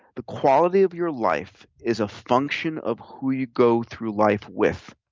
the quality of your life is a function of who you go through life with.